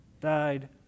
died